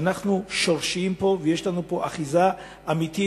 שאנחנו שורשיים פה ויש לנו פה אחיזה אמיתית,